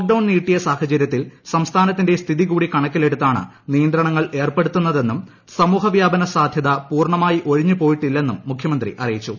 ലോക്ഡുള്ള് നീട്ടിയ സാഹചര്യത്തിൽ സംസ്ഥാനത്തിന്റെ സ്ഥിതി കൂടി കണക്കിലെടുത്താണ് നിയന്ത്രണ ങ്ങൾ ഏർപ്പെടുത്തുന്നതെന്നും സമൂഹ വ്യാപന സാധൃത പൂർണ്ണ മായി ഒഴിഞ്ഞു പോയിട്ടില്ല്പ്ന്നും മുഖ്യമന്ത്രി അറിയിച്ചു